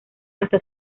hasta